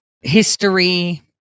history